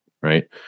right